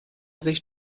sich